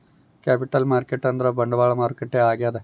capital market ಅಂದ್ರ ಬಂಡವಾಳ ಮಾರುಕಟ್ಟೆ ಆಗ್ಯಾದ